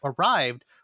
arrived